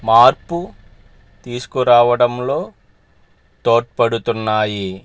మార్పు తీసుకురావడంలో తోడ్పడుతున్నాయి